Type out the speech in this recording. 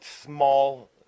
small